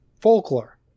folklore